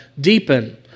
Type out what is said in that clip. deepen